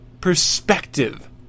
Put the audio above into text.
perspective